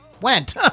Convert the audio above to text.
went